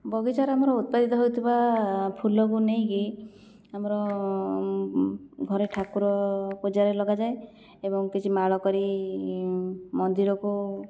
ବଗିଚାରେ ଆମର ଉତ୍ପାଦିତ ହେଉଥିବା ଫୁଲକୁ ନେଇକି ଆମର ଘରେ ଠାକୁର ପୂଜାରେ ଲଗାଯାଏ ଏବଂ କିଛି ମାଳ କରି ମନ୍ଦିରକୁ